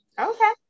Okay